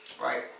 Right